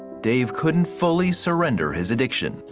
dave couldn't fully surrender his addiction.